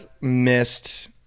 missed